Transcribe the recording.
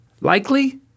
Likely